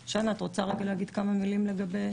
שושנה, את רוצה רגע להגיד כמה מילים לגבי תיקים?